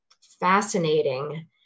fascinating